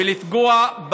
תודה רבה.